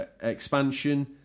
expansion